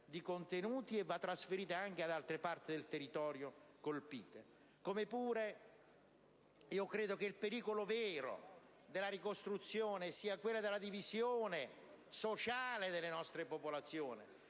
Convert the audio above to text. di contenuti e trasferita anche ad altre parti del territorio colpite dal terremoto. Credo anche che il pericolo vero della ricostruzione sia la divisione sociale delle nostre popolazioni,